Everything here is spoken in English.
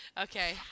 Okay